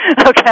Okay